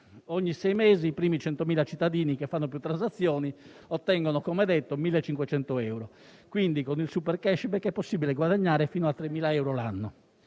(ogni sei mesi i primi 100.000 cittadini che fanno più transazioni ottengono 1.500 euro). Con il super *cashback*, quindi, è possibile guadagnare fino a 3.000 euro l'anno.